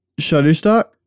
Shutterstock